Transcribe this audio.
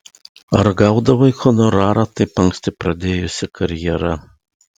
ar gaudavai honorarą taip anksti pradėjusi karjerą